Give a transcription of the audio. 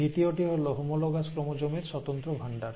দ্বিতীয়টি হল homologous chromosome এর স্বতন্ত্র ভান্ডার